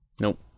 Nope